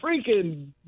freaking –